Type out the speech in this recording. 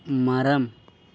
மரம்